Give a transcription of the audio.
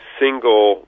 single